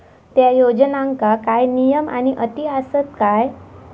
त्या योजनांका काय नियम आणि अटी आसत काय?